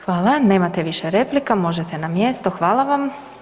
Hvala, nemate više replika, možete na mjesto, hvala vam.